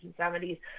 1970s